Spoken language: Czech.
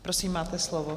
Prosím, máte slovo.